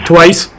Twice